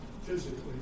physically